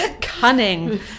cunning